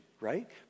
right